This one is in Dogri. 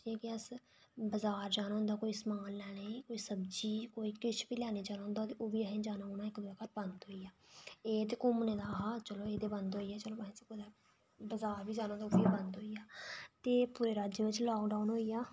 की के अस बजार जाना होंदा हा कोई समान लैने ई कोई सब्जी कोई किश बी लैने ई जाना होंदा हा ते ओह् बी असें जाना इक दूए दे घर बंद होई गेआ एह् ते घूमने दा हा चलो एह् ते बंद होई गेआ चलो कुतै बजार बी जाना होंदा बजार जाना होंदा ओह् बी बंद होई गेआ ते पूरे राज्य बिच लाकडाउन होई गेआ